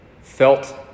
felt